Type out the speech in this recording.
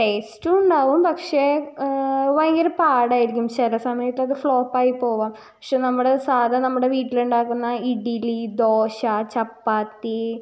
ടേസ്റ്റും ഉണ്ടാകും പക്ഷേ ഭയങ്കര പാടായിരിക്കും ചില സമയത്തത് ഫ്ലോപ്പായി പോകാം പക്ഷേ നമ്മുടെ സാദാ നമ്മുടെ വീട്ടിലുണ്ടാക്കുന്ന ഇഡിലീ ദോശാ ചപ്പാത്തീ